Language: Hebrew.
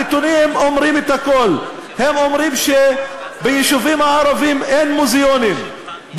הנתונים אומרים את הכול: הם אומרים שביישובים הערביים אין מוזיאונים,